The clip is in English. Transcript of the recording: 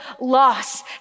loss